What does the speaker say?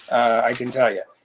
i can tell you.